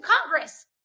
Congress